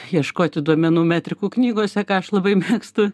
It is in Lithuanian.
ieškoti duomenų metrikų knygose ką aš labai mėgstu